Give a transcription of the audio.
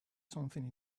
something